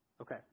Okay